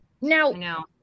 Now